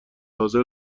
حاضر